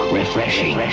refreshing